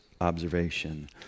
observation